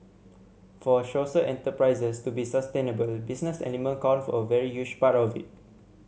for social enterprises to be sustainable business element count for a very huge part of it